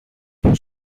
που